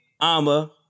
Ama